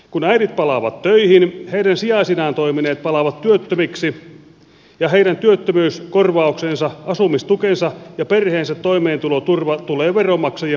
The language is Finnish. kun äidit palaavat töihin heidän sijaisinaan toimineet palaavat työttömiksi ja heidän työttömyyskorvauksensa asumistukensa ja perheensä toimeentuloturva tulee veronmaksajien maksettavaksi